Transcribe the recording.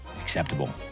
acceptable